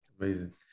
Amazing